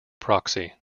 proxy